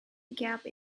gap